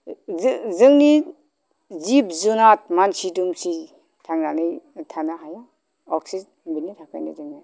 जोंनि जिब जुनार मानसि दुमसि थांनानै थानो हाया अक्सिजेन मोन्नो थाखायनो जोङो